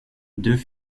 deux